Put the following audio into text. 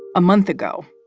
a month ago,